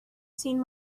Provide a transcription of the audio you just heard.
seen